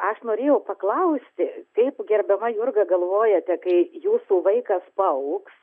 aš norėjau paklausti kaip gerbiama jurga galvojate kai jūsų vaikas paaugs